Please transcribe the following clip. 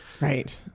Right